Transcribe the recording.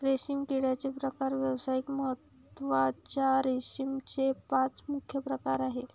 रेशीम किड्याचे प्रकार व्यावसायिक महत्त्वाच्या रेशीमचे पाच प्रमुख प्रकार आहेत